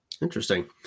Interesting